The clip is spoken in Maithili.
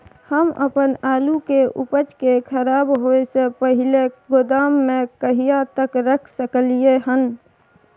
हम अपन आलू के उपज के खराब होय से पहिले गोदाम में कहिया तक रख सकलियै हन?